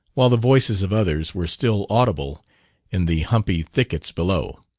while the voices of others were still audible in the humpy thickets below.